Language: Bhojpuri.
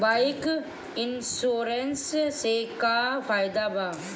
बाइक इन्शुरन्स से का फायदा बा?